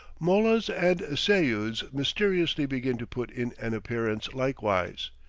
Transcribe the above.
mollahs and seyuds mysteriously begin to put in an appearance likewise,